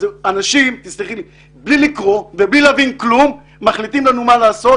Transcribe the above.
אנשים בלי לקרוא ובלי להבין כלום מחליטים לנו מה לעשות,